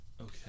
Okay